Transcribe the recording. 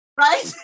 right